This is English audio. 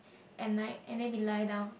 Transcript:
at night and then we lie down